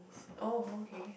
oh okay